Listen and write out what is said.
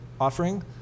offering